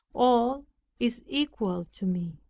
all is equal to me.